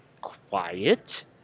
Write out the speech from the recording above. quiet